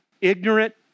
ignorant